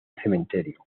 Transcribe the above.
cementerio